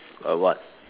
a what